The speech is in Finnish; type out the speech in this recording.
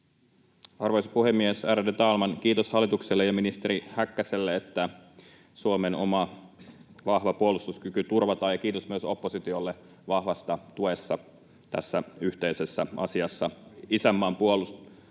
Arvoisa puhemies, ärade talman! Kiitos hallitukselle ja ministeri Häkkäselle, että Suomen oma vahva puolustuskyky turvataan, ja kiitos myös oppositiolle vahvasta tuesta tässä yhteisessä asiassa isänmaan puolesta.